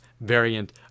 variant